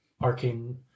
arcane